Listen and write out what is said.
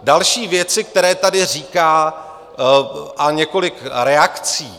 Další věci, které tady říká, a několik reakcí.